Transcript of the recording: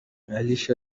alicia